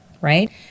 right